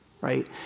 right